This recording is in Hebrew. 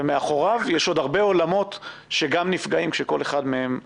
ומאחוריו יש עוד הרבה עולמות שגם נפגעים כשכל אחד מהם נפגע.